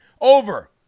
over